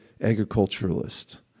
agriculturalist